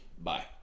Bye